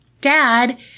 Dad